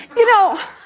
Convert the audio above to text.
you know